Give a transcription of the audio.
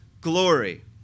glory